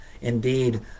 Indeed